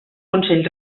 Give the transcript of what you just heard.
consell